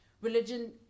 Religion